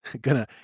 Gonna